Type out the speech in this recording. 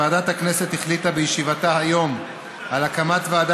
ועדת הכנסת החליטה בישיבתה היום על הקמת ועדה